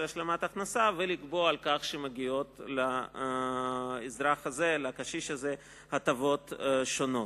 השלמת הכנסה ולקבוע שמגיעות לקשיש הזה הטבות שונות.